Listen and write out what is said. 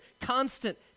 constant